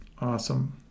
Awesome